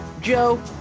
Joe